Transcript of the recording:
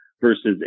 versus